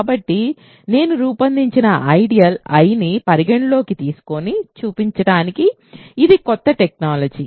కాబట్టి నేను రూపొందించిన ఐడియల్ I ని పరిగణలోకి తీసుకుని చూపించడానికి ఇది కొత్త టెర్మినాలజీ